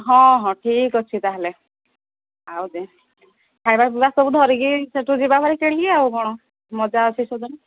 ହଁ ହଉ ଠିକ ଅଛି ତାହେଲେ ଆଉ ଖାଇବା ପିଇବା ସବୁ ଧରିକି ସେଠୁ ଯିବା ହେରି କିଣିକି ଆଉ କ'ଣ ମଜା ଆସିଯିବ